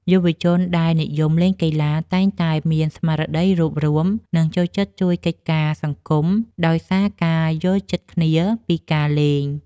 យុវជនដែលនិយមលេងកីឡាតែងតែមានស្មារតីរួបរួម និងចូលចិត្តជួយកិច្ចការសង្គមដោយសារការយល់ចិត្តគ្នាពីការលេង។